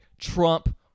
Trump